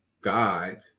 god